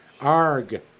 Arg